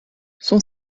son